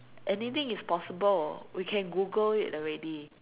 anything is possible we can Google it already